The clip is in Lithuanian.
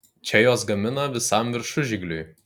čia juos gamina visam viršužigliui